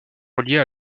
reliées